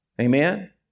Amen